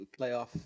playoff